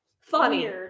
funny